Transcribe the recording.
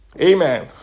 Amen